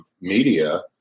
media